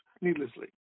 needlessly